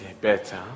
better